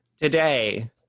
today